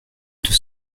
deux